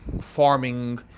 farming